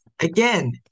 again